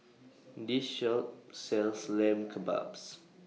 This Shop sells Lamb Kebabs